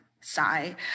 sigh